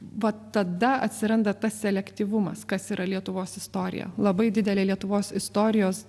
va tada atsiranda tas selektyvumas kas yra lietuvos istorija labai didelė lietuvos istorijos